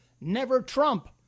never-Trump